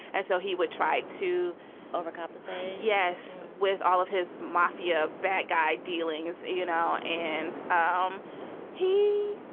and so he would try to overcompensate. yes with all of his mafia bad guy dealings you know and um he.